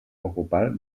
ocupar